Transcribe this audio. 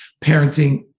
parenting